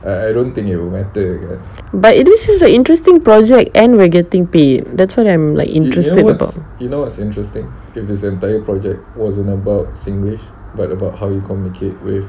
but it is an interesting project and we're getting paid that's what I'm like interested about